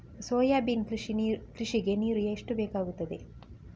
Soybean ಕೃಷಿಗೆ ನೀರು ಎಷ್ಟು ಬೇಕಾಗುತ್ತದೆ?